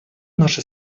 наши